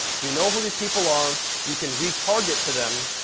you know who these people are, you can re-target to them,